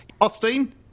Austin